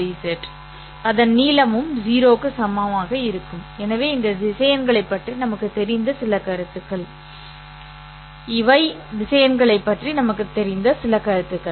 ẑ அதன் நீளமும் 0 க்கு சமமாக இருக்கும் எனவே இவை திசையன்களைப் பற்றி நமக்குத் தெரிந்த சில கருத்துக்கள்